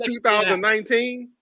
2019